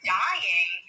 dying